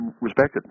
respected